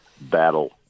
battle